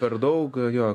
per daug jo